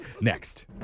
next